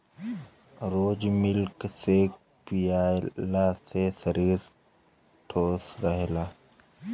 रोज milk shake पियला से शरीर ठीक रहेला